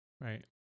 right